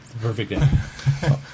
perfect